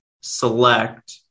select